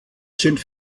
sind